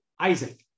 Isaac